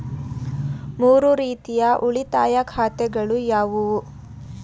ಮೂರು ರೀತಿಯ ಉಳಿತಾಯ ಖಾತೆಗಳು ಯಾವುವು?